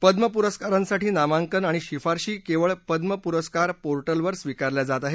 पद्म पुरस्कारांसाठी नामांकन आणि शिफारशी केवळ पद्म पुरस्कार पोर्टलवर स्वीकारल्या जात आहेत